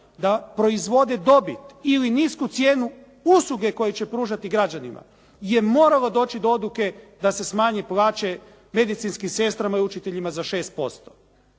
da proizvode dobit ili nisku cijenu usluge koju će pružati građanima je moralo doći do odluke da se smanje plaće medicinskim sestrama i učiteljima za 6%.